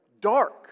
dark